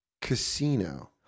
Casino